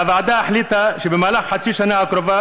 הוועדה החליטה שבמהלך חצי השנה הקרובה